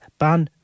ban